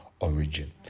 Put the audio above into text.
origin